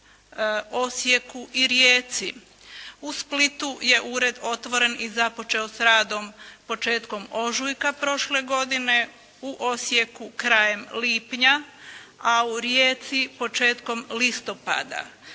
Osijeku i Rijeci. U Splitu je ured otvoren i započeo radom početkom ožujka prošle godine, u Osijeku krajem lipnja, a u Rijeci početkom listopada.